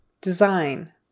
Design